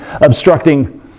obstructing